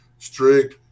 strict